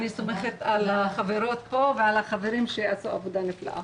אני סומכת על החברות והחברים פה שיעשו עבודה נפלאה.